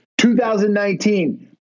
2019